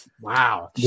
Wow